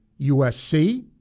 USC